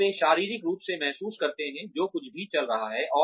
और वे शारीरिक रूप से महसूस करते हैं जो कुछ भी चल रहा है